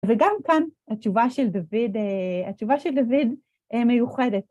וגם כאן התשובה של דוד, התשובה של דוד מיוחדת.